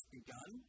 begun